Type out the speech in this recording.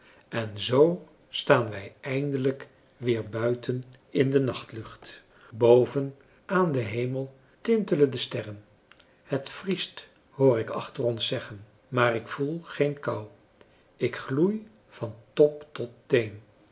en zoo staan wij eindelijk weer buiten in de nachtlucht boven aan den hemel tintelen de sterren het vriest hoor ik achter ons zeggen maar ik voel geen kou ik gloei van top tot teen